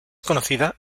conocida